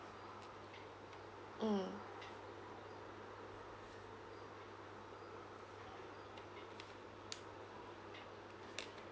mm